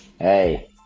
hey